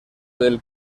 del